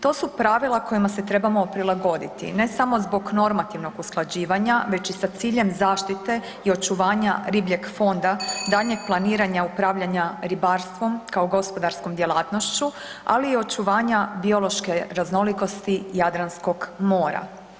To su pravila kojima se trebamo prilagoditi, ne samo zbog normativnog usklađivanja, već i sa ciljem zaštite i očuvanja ribljeg fonda, daljnjeg planiranja upravljanja ribarstvom kao gospodarskom djelatnošću, ali i očuvanja biološke raznolikosti Jadranskog mora.